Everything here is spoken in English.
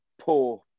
poor